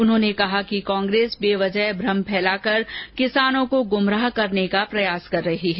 उन्होंने कहा कि कांग्रेस बेवजह भ्रम फैलाकर किसानों को गुमराह करने का प्रयास कर रही है